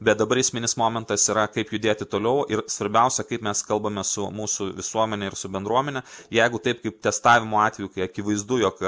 bet dabar esminis momentas yra kaip judėti toliau ir svarbiausia kaip mes kalbame su mūsų visuomene ir su bendruomene jeigu taip kaip testavimo atveju kai akivaizdu jog